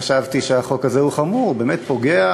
וחשבתי שהחוק הזה הוא חמור ובאמת פוגע